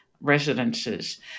residences